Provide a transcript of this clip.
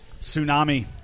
Tsunami